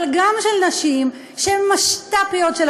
אבל גם של נשים שהן משת"פיות של